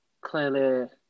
clearly